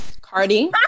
cardi